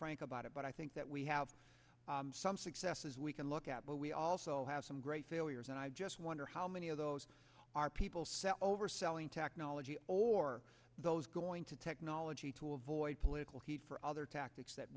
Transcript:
frank about it but i think that we have some successes we can look at but we also have some great failures and i just wonder how many of those are people sent over selling technology or are those going to technology to avoid political heat for other tactics that